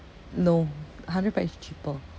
no hundred pack is cheaper